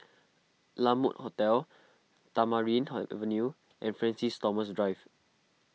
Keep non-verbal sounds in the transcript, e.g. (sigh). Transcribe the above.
La Mode Hotel Tamarind (noise) Avenue and Francis Thomas Drive